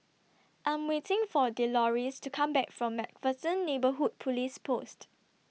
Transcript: I Am waiting For A Deloris to Come Back from MacPherson Neighbourhood Police Post